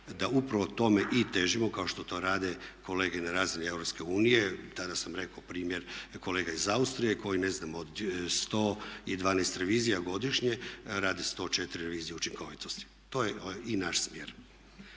da upravo tome i težimo kao što to rade kolege na razini EU. Tada sam rekao primjer kolega iz Austrije koji ne znam od 112 revizija godišnje rade 104 revizije učinkovitosti. To je i naš smjer.